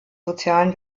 sozialen